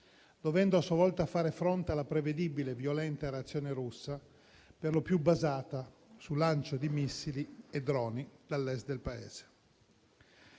dovendo a sua volta fare fronte alla prevedibile violenta reazione russa, per lo più basata sul lancio di missili e droni dall'Est del Paese.